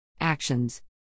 Actions